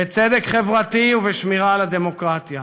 בצדק חברתי ובשמירה על הדמוקרטיה.